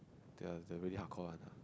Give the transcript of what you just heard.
the the really hardcore one ah